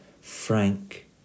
frank